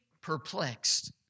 perplexed